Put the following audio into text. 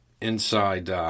inside